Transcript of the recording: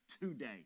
today